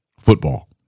Football